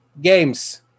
Games